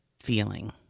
feeling